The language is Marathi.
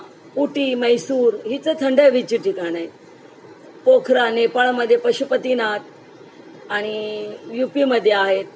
उटी म्हैसूर ही तर थंड हवेची ठिकाणं आहेत पोखरा नेपाळमदे पशुपतीनाथ आणि यू पीमध्ये आहेत